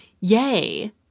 yay